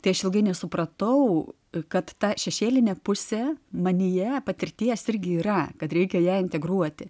tai aš ilgai nesupratau kad ta šešėlinė pusė manyje patirties irgi yra kad reikia ją integruoti